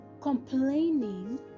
complaining